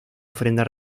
ofrenda